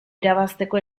irabazteko